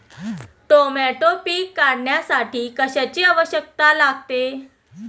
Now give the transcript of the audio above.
Tomato पीक काढण्यासाठी कशाची आवश्यकता लागते?